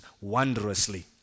wondrously